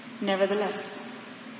Nevertheless